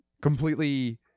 Completely